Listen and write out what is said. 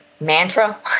mantra